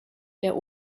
der